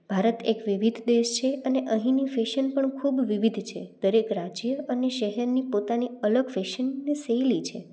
ભારત એક વિવિધ દેશ છે અને અહીંની ફેશન પણ ખૂબ વિવિધ છે દરેક રાજ્ય અને શહેરની પોતાની અલગ ફેશન ને શૈલી છે